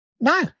No